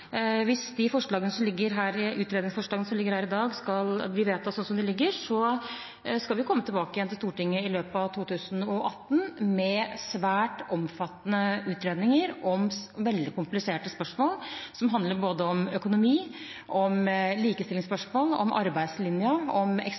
Hvis de utredningsforslagene som foreligger her i dag, blir vedtatt slik de foreligger, skal vi komme tilbake til Stortinget i løpet av 2018 med svært omfattende utredninger om veldig kompliserte spørsmål, som handler om både økonomi,